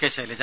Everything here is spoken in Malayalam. കെ ശൈലജ